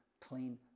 clean